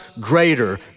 greater